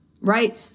right